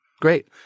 Great